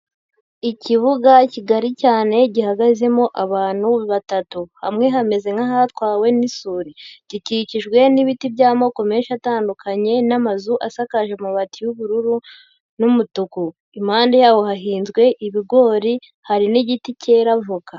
Ikibuga kigari cyane gihagazemo abantu batatu hamwe hamezeze nk'ahatwawe n'isuri gikikijwe n'ibiti by'amoko menshi atandukanye n'amazu asakaje amabati y'ubururu n'umutuku impande yaho hahinzwe ibigori hari n'igiti cyera voka.